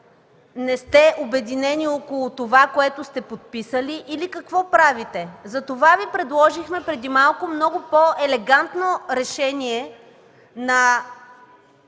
не сте обединени около това, което сте подписали, или какво правите? Затова преди малко Ви предложихме много по-елегантно решение на